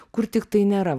kur tiktai nėra